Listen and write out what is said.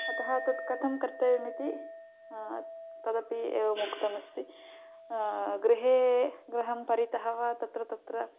अतः तत् कथं कर्तव्यम् इति तदपि एवमुक्तमस्ति गृहे गृहं परितः वा तत्र तत्र